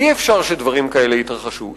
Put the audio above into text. אי-אפשר שדברים כאלה יתרחשו,